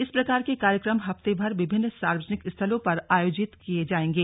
इस प्रकार के कार्यक्रम हफ्ते भर विभिन्न सार्वजनिक स्थलों पर आयोजित किए जाएंगे